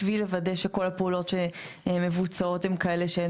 בשביל לוודא שכל הפעולות שמבוצעות הן כאלה אין